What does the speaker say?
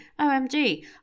OMG